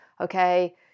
okay